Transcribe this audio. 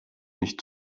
nicht